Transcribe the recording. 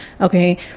okay